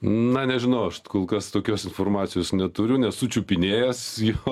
na nežinau aš kol kas tokios informacijos neturiu nesu čiupinėjęs jo